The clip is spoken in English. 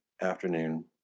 afternoon